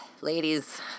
Ladies